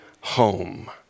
home